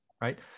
right